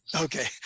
okay